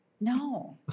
No